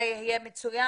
זה יהיה מצוין.